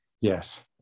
Yes